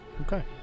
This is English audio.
Okay